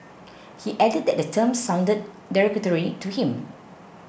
he added that the term sounded derogatory to him